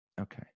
Okay